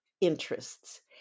interests